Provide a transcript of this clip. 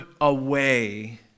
away